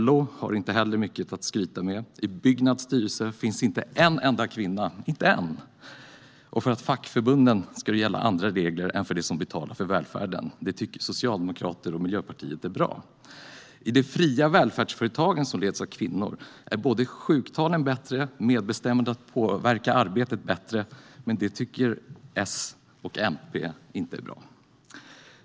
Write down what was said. LO har inte heller mycket att skryta med. I Byggnads styrelse finns inte en enda kvinna, inte en. För fackförbunden ska det gälla andra regler än för dem som betalar för välfärden. Det tycker Socialdemokraterna och Miljöpartiet är bra. I de fria välfärdsföretag som leds av kvinnor är både sjuktalen och medbestämmandet för att kunna påverka arbetet bättre. Det tycker S och MP inte är bra.